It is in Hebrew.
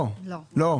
לא.